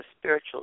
spiritual